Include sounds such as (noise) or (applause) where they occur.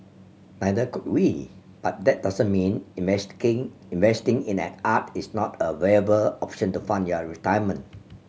neither could we but that doesn't mean (unintelligible) investing in an art is not a viable option to fund your retirement